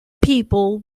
people